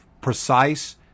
Precise